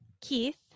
Keith